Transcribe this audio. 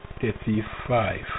thirty-five